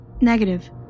Negative